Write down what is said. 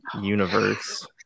universe